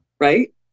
right